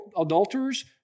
adulterers